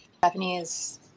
Japanese